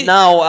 Now